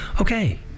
Okay